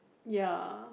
ya